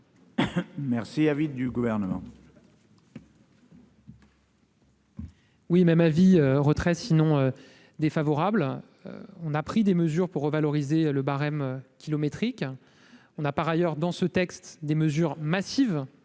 Merci avait du gouvernement